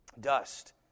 dust